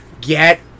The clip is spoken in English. get